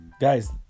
Guys